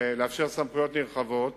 מתן סמכויות נרחבות